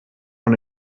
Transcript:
von